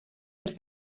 els